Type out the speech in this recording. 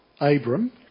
Abram